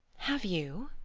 have you?